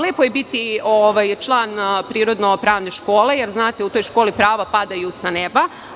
Lepo je biti član prirodno-pravne škole, jer u toj školi prava padaju sa neba.